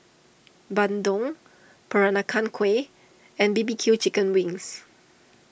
Bandung Peranakan Kueh and B B Q Chicken Wings